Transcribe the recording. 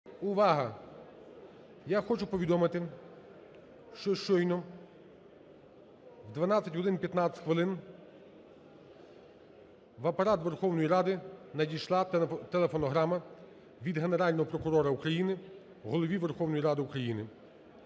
увага, я хочу повідомити, що щойно в 12 годин 15 хвилин в Апарат Верховної Ради надійшла телефонограма від Генерального прокурора України Голові Верховної Ради України,